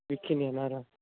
बेखिनियानो आरो